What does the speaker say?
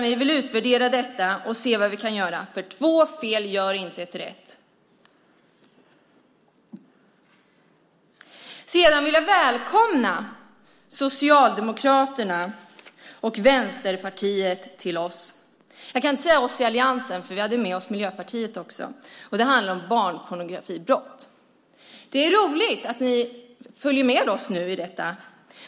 Vi vill utvärdera detta och se vad vi kan göra, för två fel gör inte ett rätt. Sedan vill jag välkomna Socialdemokraterna och Vänsterpartiet till oss. Jag kan inte säga till oss i alliansen, för vi hade med oss Miljöpartiet också. Det handlar om barnpornografibrott. Det är roligt att ni följer med oss i detta.